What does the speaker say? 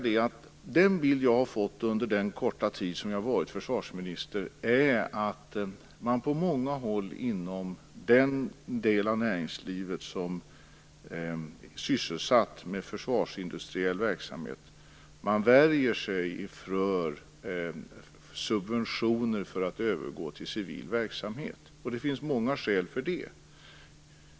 Den bild jag har fått under den korta tid som jag har varit försvarsminister visar att man värjer sig mot subventioner för att övergå till civil verksamhet på många håll inom den del av näringslivet som är sysselsatt med försvarsindustriell verksamhet. Det finns många skäl till detta.